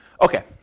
Okay